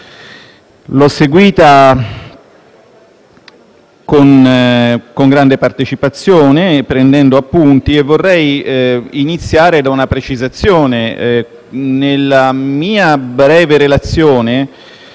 L'ho seguita con grande partecipazione e prendendo appunti. Vorrei iniziare con una precisazione. Nella mia breve relazione